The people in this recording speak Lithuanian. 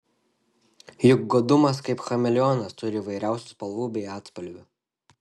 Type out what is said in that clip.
juk godumas kaip chameleonas turi įvairiausių spalvų bei atspalvių